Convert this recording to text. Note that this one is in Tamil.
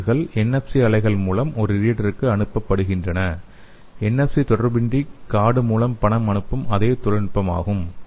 ரீடிங்க்குகள் NFC அலைகள் மூலம் ஒரு ரீடருக்கு அனுப்பப்படுகின்றன NFC தொடர்பின்றி கார்டு மூலம் பணம் அனுப்பும் அதே தொழில்நுட்பமாகும்